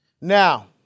Now